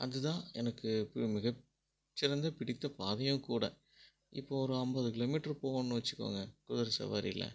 அது தான் எனக்கு மிக சிறந்த பிடித்த பாதையும் கூட இப்போ ஒரு ஐம்பது கிலோ மீட்ரு போவோன்னு வச்சுக்கோங்க குதிர சவாரியில